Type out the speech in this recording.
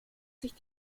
sich